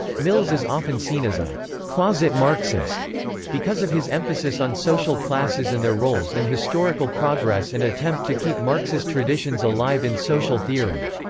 mills is often seen as a closet marxist because of his emphasis on social classes and their roles in historical progress and attempt to keep marxist traditions alive in social theory.